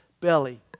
belly